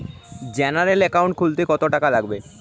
General account খুলতে কত টাকা লাগবে?